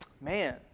man